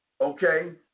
okay